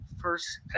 first